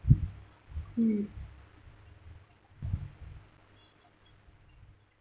mm